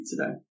today